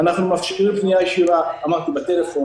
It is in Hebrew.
אנחנו מאפשרים פנייה ישירה בטלפון,